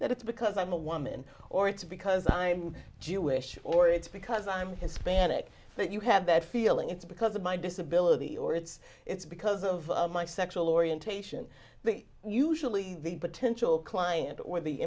that it's because i'm a woman or it's because i'm jewish or it's because i'm hispanic that you have that feeling it's because of my disability or it's it's because of my sexual orientation the usually the potential client or the